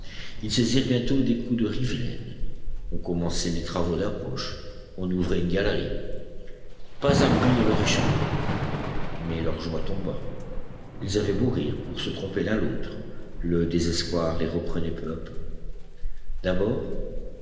ils saisirent bientôt des coups de rivelaine on commençait les travaux d'approche on ouvrait une galerie pas un bruit ne leur échappait mais leur joie tomba ils avaient beau rire pour se tromper l'un l'autre le désespoir les reprenait peu à peu d'abord